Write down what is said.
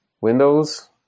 Windows